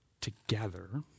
together